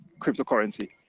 cryptocurrency